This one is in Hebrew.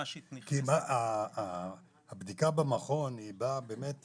הבדיקה במכון באה